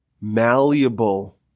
malleable